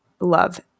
love